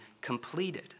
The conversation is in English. completed